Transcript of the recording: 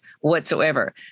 whatsoever